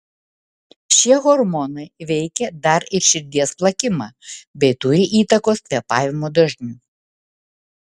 šie hormonai veikia dar ir širdies plakimą bei turi įtakos kvėpavimo dažniui